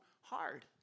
hard